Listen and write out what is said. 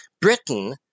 Britain